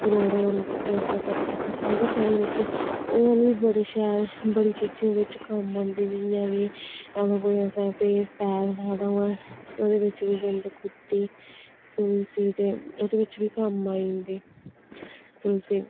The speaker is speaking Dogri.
त्रोड़े होन बूहटे उप्परा पत्तर ते पाइयै चाही बिच्च होर बी बड़े शैल बड़े चीजें बिच्च कम्म औंदे जियां कि अगर कोई असें फेस पैक लाना होऐ ओह्दे बिच्च बी बिंद कुट्टी तुलसी ते ओह्दे बिच्च बी कम्म आई जंदी तुलसी